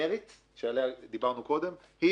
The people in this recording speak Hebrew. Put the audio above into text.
הגנרית שעליה דיברנו קודם היא: